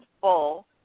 full